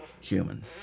human